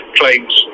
claims